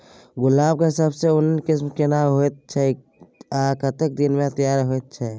गुलाब के सबसे उन्नत किस्म केना होयत छै आ कतेक दिन में तैयार होयत छै?